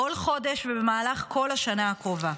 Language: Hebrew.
כל חודש ובמהלך כל השנה הקרובה.